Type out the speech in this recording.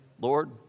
Lord